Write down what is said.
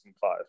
five